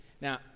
Now